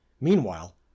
Meanwhile